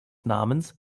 namens